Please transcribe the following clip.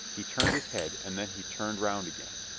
he turned his head and then he turned round again.